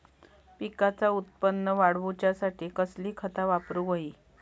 पिकाचा उत्पन वाढवूच्यासाठी कसली खता वापरूक होई?